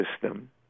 system